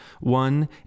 one